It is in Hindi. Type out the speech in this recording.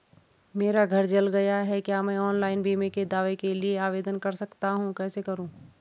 मेरा घर जल गया है क्या मैं ऑनलाइन बीमे के दावे के लिए आवेदन कर सकता हूँ कैसे करूँ?